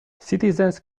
citizens